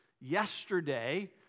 Yesterday